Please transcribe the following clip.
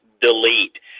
Delete